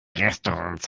restaurants